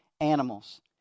animals